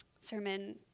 sermon